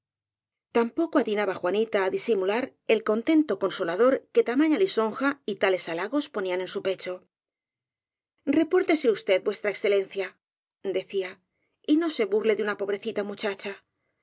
tampoco atinaba juanita á disimular el contento consolador que tamaña li sonja y tales halagos ponían en su pecho repórtese v e decía y no se burle de una pobrecita muchacha